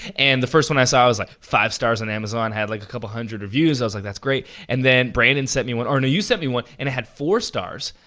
and the first one i saw was like five stars on amazon, had like a couple hundred reviews. i was like, that's great. and then brandon sent me one, or no, you went me one, and it had four stars,